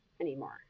anymore